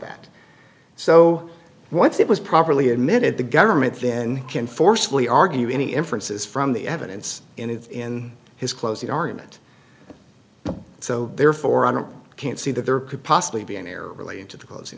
that so once it was properly admitted the government then can forcefully argue any inferences from the evidence in it in his closing argument so therefore i don't can't see that there could possibly be an error really to the closing